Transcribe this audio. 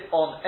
on